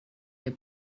your